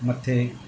मथे